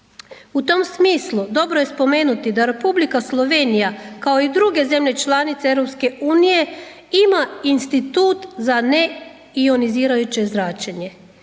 U tom smislu dobro je spomenuti da Republika Slovenija kao i druge zemlje članice EU ima institut za neionizirajuće zračenje.